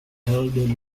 held